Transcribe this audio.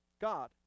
God